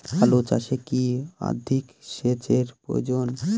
আলু চাষে কি অধিক সেচের প্রয়োজন?